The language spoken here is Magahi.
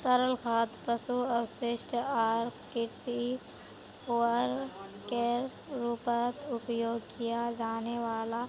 तरल खाद पशु अपशिष्ट आर कृषि उर्वरकेर रूपत उपयोग किया जाने वाला